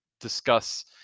discuss